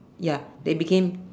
ya they became